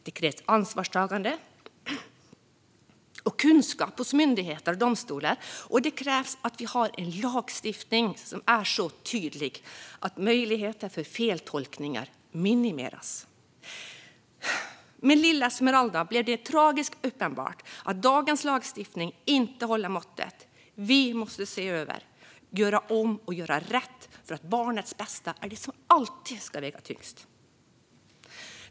Det krävs ansvarstagande och kunskap hos myndigheter och domstolar, och det krävs att vi har en lagstiftning som är så tydlig att riskerna för feltolkningar minimeras. Med lilla Esmeralda blev det tragiskt uppenbart att dagens lagstiftning inte håller måttet. Vi måste se över, göra om och göra rätt, för barnens bästa är det som alltid ska väga tyngst.